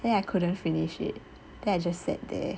then I couldn't finish it then I just sat there